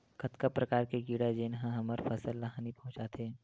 कतका प्रकार के कीड़ा जेन ह हमर फसल ल हानि पहुंचाथे?